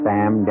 Sam